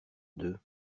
deux